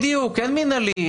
אין מנהלי.